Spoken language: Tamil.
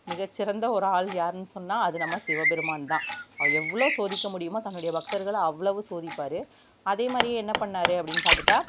மிக சிறந்த ஒரு ஆள் யார்ன்னு சொன்னா அது நம்ம சிவபெருமான் தான் எவ்வளோ சோதிக்க முடியுமோ தன்னுடைய பக்தர்களை அவ்வளோவு சோதிப்பார் அதேமாரி என்ன பண்ணார் அப்படின் பார்த்துட்டா